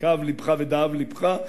וכאב לבך ודאב לבך,